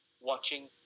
watching